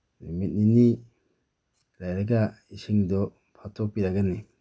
ꯅꯨꯃꯤꯠ ꯅꯤꯅꯤ ꯂꯩꯔꯒ ꯏꯁꯤꯡꯗꯨ ꯐꯥꯠꯇꯣꯛꯄꯤꯔꯒꯅꯤ